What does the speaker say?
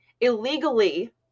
illegally